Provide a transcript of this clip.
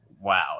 wow